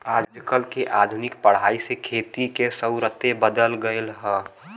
आजकल के आधुनिक पढ़ाई से खेती के सुउरते बदल गएल ह